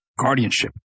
guardianship